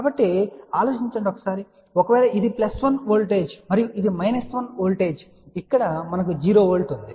కాబట్టి ఆలోచించండి ఒకవేళ ఇది ప్లస్ 1 వోల్టేజ్ మరియు ఇది మైనస్ 1 వోల్టేజ్ ఇక్కడ మనకు 0 వోల్ట్ ఉంది